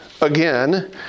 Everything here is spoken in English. again